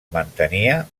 mantenia